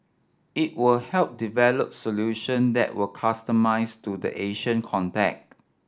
it will help develop solution that were customised to the Asian context